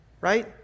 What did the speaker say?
right